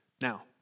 Now